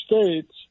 States